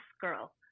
girl